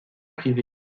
privés